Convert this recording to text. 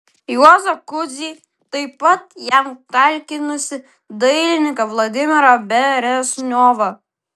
juozą kudzį taip pat jam talkinusį dailininką vladimirą beresniovą